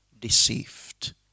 deceived